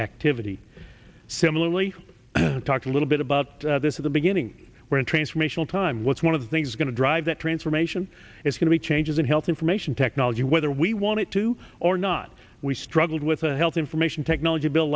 activity similarly i talked a little bit about this at the beginning when transformational time was one of the things going to drive that transformation is going to be changes in health information technology whether we want to or not we struggled with a health information technology bill